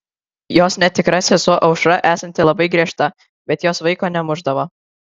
jos netikra sesuo aušra esanti labai griežta bet jos vaiko nemušdavo